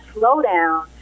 slowdown